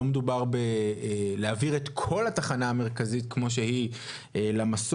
לא מדובר להעביר את כל התחנה המרכזית כמו שהיא למסוף,